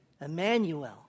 Emmanuel